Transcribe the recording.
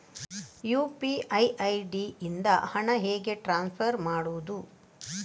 UPI ID ಇಂದ ಹಣ ಹೇಗೆ ಟ್ರಾನ್ಸ್ಫರ್ ಮಾಡುದು?